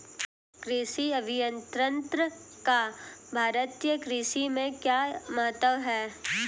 कृषि अभियंत्रण का भारतीय कृषि में क्या महत्व है?